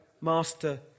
master